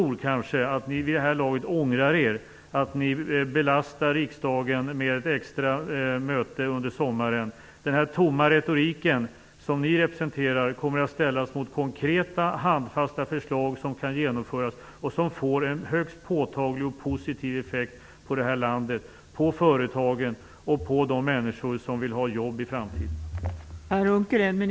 Kanske ångrar ni vid det här laget att ni belastar riksdagen med ett extra möte under sommaren. Den tomma retorik som ni representerar kommer nämligen att ställas mot konkreta handfasta förslag som kan genomföras och som får en högst påtaglig och positiv effekt för det här landet, för företagen och för de människor som vill ha jobb i framtiden.